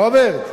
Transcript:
רוברט,